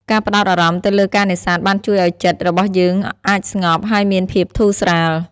ការផ្តោតអារម្មណ៍ទៅលើការនេសាទបានជួយឱ្យចិត្តរបស់យើងអាចស្ងប់ ហើយមានភាពធូរស្រាល។